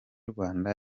rwanda